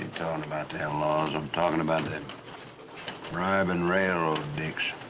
about the outlaws, i'm talking about them bribing railroad dicks.